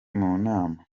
munama